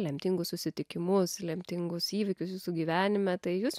lemtingus susitikimus lemtingus įvykius jūsų gyvenime tai jūs